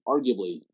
Arguably